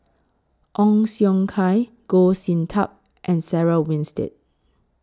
Ong Siong Kai Goh Sin Tub and Sarah Winstedt